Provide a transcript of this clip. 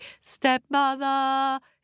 stepmother